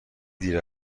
دیر